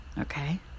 Okay